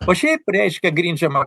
o šiaip reiškia grindžiama